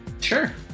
Sure